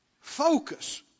Focus